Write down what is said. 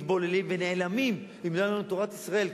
מתבוללים ונעלמים אם לא היתה לנו תורת ישראל,